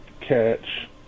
catch